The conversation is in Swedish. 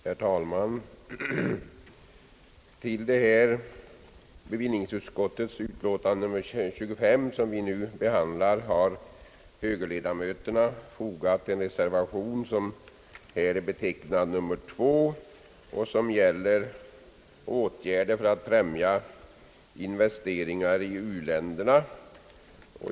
Herr talman! Till bevillningsutskottets föreliggande betänkande nr 25 som vi nu behandlar har högerledamöterna fogat en reservation som är betecknad med II och som gäller åtgärder för att främja investeringar i u-länderna.